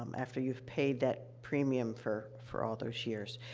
um after you've paid that premium for for all those years.